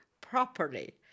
properly